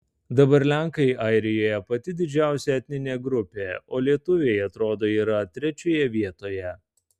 dabar lenkai airijoje pati didžiausia etninė grupė o lietuviai atrodo yra trečioje vietoje